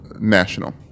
national